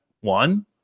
one